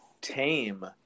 tame